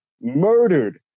murdered